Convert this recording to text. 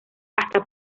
hasta